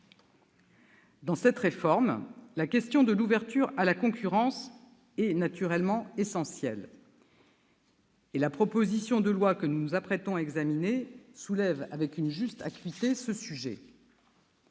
de cette réforme, la question de l'ouverture à la concurrence est naturellement essentielle. La proposition de loi que nous nous apprêtons à examiner la soulève avec une juste acuité. Je